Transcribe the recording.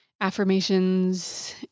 affirmations